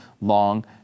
long